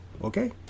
Okay